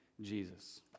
Jesus